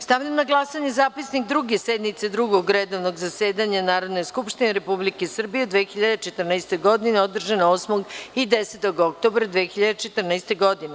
Stavljam na glasanje Zapisnik Druge sednice Drugog redovnog zasedanja Narodne skupštine Republike Srbije u 2014. godini održanoj 8. i 10. oktobra 2014. godine.